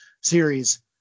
series